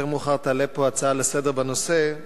יותר מאוחר תעלה פה הצעה לסדר-היום בנושא.